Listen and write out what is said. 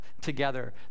together